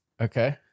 Okay